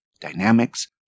dynamics